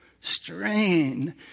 Strain